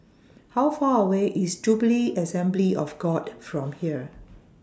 How Far away IS Jubilee Assembly of God from here